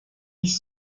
ich